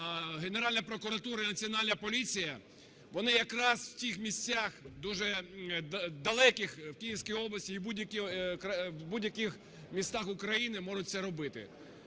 Генеральна прокуратура і Національна поліція, вони якраз в тих місцях, дуже далеких, в Київській області і в будь-яких містах України можуть це робити.